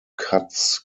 cuts